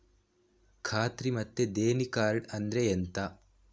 ಖಾತ್ರಿ ಮತ್ತೆ ದೇಣಿ ಕಾರ್ಡ್ ಅಂದ್ರೆ ಎಂತ?